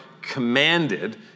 commanded